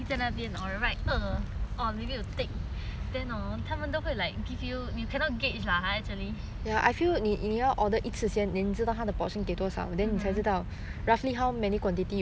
then hor 他们都会 like give you you cannot gauge lah !huh! actually mmhmm ya 所以因为因为